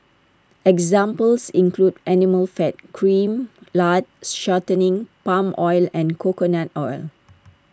examples include animal fat cream lard shortening palm oil and coconut oil